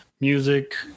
music